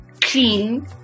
clean